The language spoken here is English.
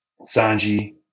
Sanji